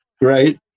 Right